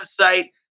website